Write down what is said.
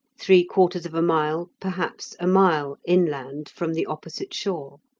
three-quarters of a mile, perhaps a mile, inland from the opposite shore,